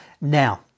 Now